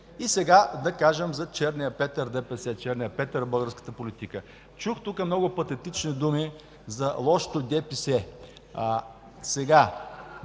И сега да кажем за Черния Петър – ДПС е Черният Петър в българската политика. Чух тук много патетични думи за лошото „ДьеПьеСье”